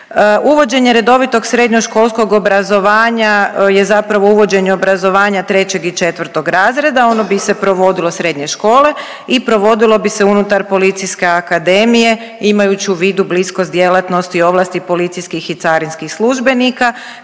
Uvođenje redovitog srednjoškolskog obrazovanja je zapravo uvođenje obrazovanja trećeg i četvrtog razreda. Ono bi se provodilo, srednje škole i provodilo bi se unutar Policijske akademije imajući u vidu bliskost djelatnosti i ovlasti policijskih i carinskih službenika.